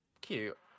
Cute